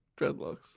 Dreadlocks